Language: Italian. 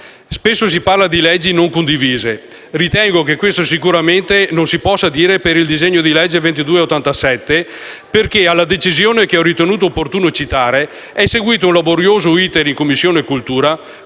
Spesso si parla di leggi non condivise, ma ritengo che questo sicuramente non si possa dire per il disegno di legge n. 2287-*bis*, perché alla decisione che ho ritenuto opportuno citare è seguito un laborioso *iter* in Commissione